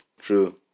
True